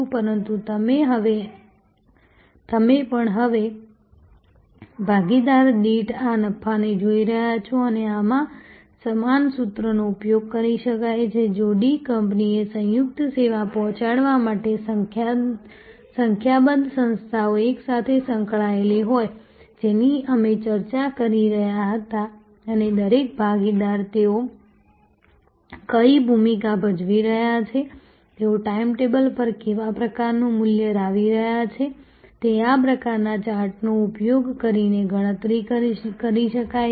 પરંતુ તમે પણ હવે ભાગીદાર દીઠ આ નફાને જોઈ રહ્યા છો અને આમાં સમાન સૂત્રનો ઉપયોગ કરી શકાય છે જો ડી કંપનીને સંયુક્ત સેવા પહોંચાડવા માટે સંખ્યાબંધ સંસ્થાઓ એકસાથે સંકળાયેલી હોય જેની અમે ચર્ચા કરી રહ્યા હતા અને દરેક ભાગીદાર તેઓ કઈ ભૂમિકા ભજવી રહ્યા છે તેઓ ટેબલ પર કેવા પ્રકારનું મૂલ્ય લાવી રહ્યા છે તે આ પ્રકારના ચાર્ટનો ઉપયોગ કરીને ગણતરી કરી શકાય છે